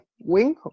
wing